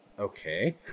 Okay